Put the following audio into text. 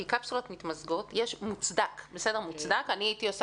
כי בקפסולות מתמזגות זה מוצדק ואני הייתי עושה